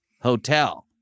hotel